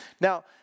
Now